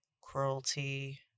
cruelty